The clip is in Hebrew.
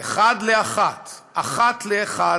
אחד לאחת, אחת לאחד,